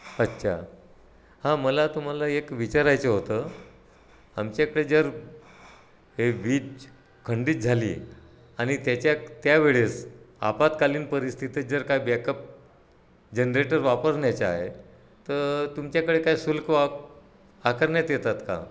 अच्छा हां मला तुम्हाला एक विचारायचं होतं आमच्याकडे जर हे वीज खंडित झाली आणि त्याच्या त्यावेळेस आपातकालीन परिस्थितीत जर काय बॅकअप जनरेटर वापरण्याचा आहे तर तुमच्याकडे काय शुल्क वा आकारण्यात येतात का